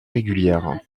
régulière